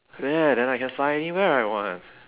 yeah then I can fly anywhere I want